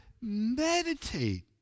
meditate